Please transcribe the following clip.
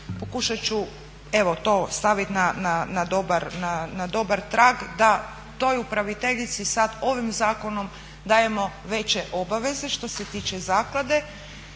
Pokušat ću evo to stavit na dobar trag da toj upraviteljici sad ovim zakonom dajemo veće obaveze što se tiče zaklade.